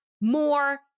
more